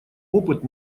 опыт